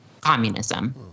Communism